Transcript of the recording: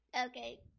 Okay